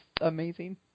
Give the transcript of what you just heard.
amazing